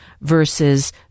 versus